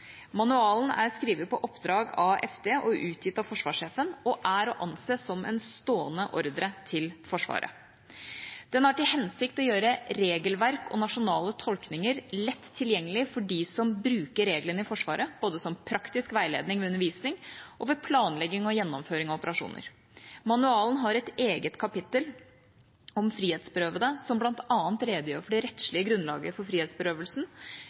Manualen er skrevet på oppdrag av Forsvarsdepartementet og utgitt av forsvarssjefen, og er å anse som en stående ordre til Forsvaret. Den har til hensikt å gjøre regelverk og nasjonale tolkninger lett tilgjengelig for dem som bruker reglene i Forsvaret, både som praktisk veiledning ved undervisning og ved planlegging og gjennomføring av operasjoner. Manualen har et eget kapittel om frihetsberøvede, som bl.a. redegjør for det rettslige grunnlaget for frihetsberøvelsen